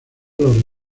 los